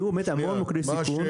היו המון מוקדי סיכון.